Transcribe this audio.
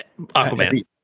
Aquaman